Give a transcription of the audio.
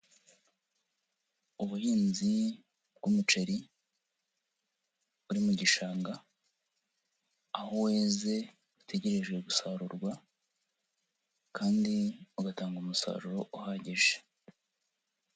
Ubuhinzi bw'umuceri buri mu gishanga, aho weze utegerejwe gusarurwa kandi ugatanga umusaruro uhagije.